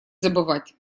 забывать